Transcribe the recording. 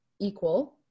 equal